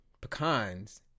pecans